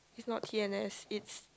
is not t_n_s is